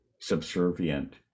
subservient